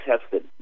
tested